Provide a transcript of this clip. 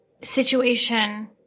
situation